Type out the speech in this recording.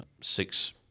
six